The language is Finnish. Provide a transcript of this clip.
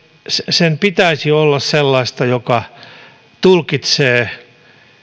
sen pitäisi olla sellaista joka tulkitsee